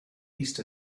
east